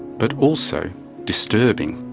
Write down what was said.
but also disturbing.